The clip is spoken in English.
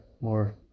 more